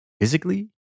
physically